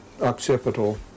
occipital